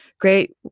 great